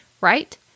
right